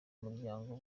umuryango